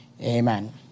Amen